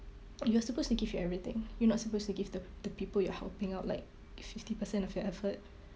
you are supposed to give your everything you're not supposed to give the the people you are helping out like fifty percent of your effort